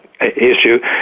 issue